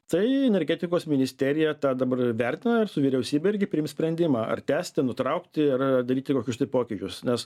tai energetikos ministerija tą dabar vertina ir su vyriausybe irgi priims sprendimą ar tęsti nutraukti ir daryti kokius tai pokyčius nes